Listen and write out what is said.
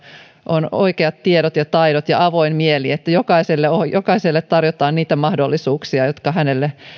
on oikeat tiedot ja taidot ja avoin mieli että jokaiselle tarjotaan niitä mahdollisuuksia jotka hänelle